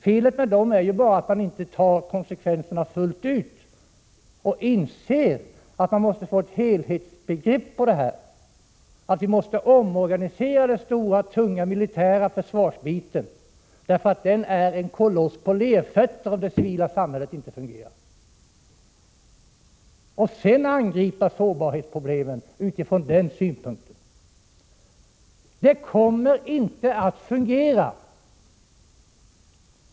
Felet är bara att man inte tar konsekvenserna fullt ut och inser att vi måste få ett helhetsbegrepp, att vi måste omorganisera den stora tunga militära försvarsbiten, därför att den är en koloss på lerfötter, om det civila samhället inte fungerar. Därefter skall vi angripa sårbarhetsproblemen från denna utgångspunkt. Det hela kommer eljest inte att fungera.